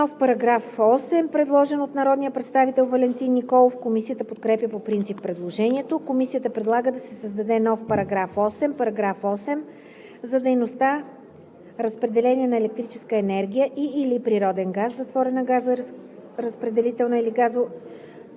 Нов § 8, предложен от народния представител Валентин Николов. Комисията подкрепя по принцип предложението. Комисията предлага да се създаде нов § 8: „§ 8. За дейността разпределение на електрическа енергия и/или природен газ в затворена електроразпределителна или